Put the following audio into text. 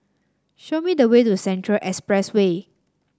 show me the way to Central Expressway